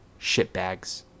shitbags